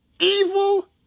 evil